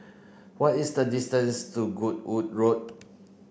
what is the distance to Goodwood Road